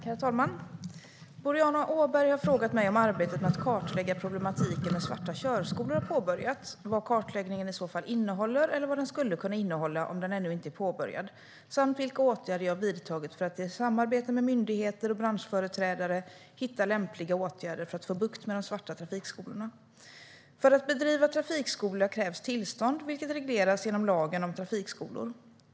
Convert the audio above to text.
Herr talman! Boriana Åberg har frågat mig om arbetet med att kartlägga problematiken med svarta körskolor har påbörjats och vad kartläggningen i så fall innehåller, eller vad den skulle kunna innehålla om den ännu inte är påbörjad, samt vilka åtgärder jag har vidtagit för att i samarbete med myndigheter och branschföreträdare hitta lämpliga åtgärder för att få bukt med de svarta trafikskolorna. För att bedriva trafikskola krävs tillstånd, vilket regleras genom lagen om trafikskolor.